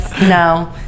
No